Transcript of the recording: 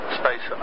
space